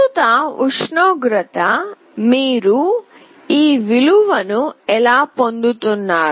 ప్రస్తుత ఉష్ణోగ్రత మీరు ఈ విలువను ఎలా పొందుతున్నారు